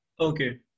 Okay